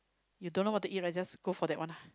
you don't know what to eat then just go for that one lah